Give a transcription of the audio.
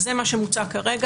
זה מה שמוצע כרגע.